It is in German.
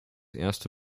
erste